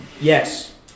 Yes